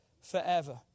forever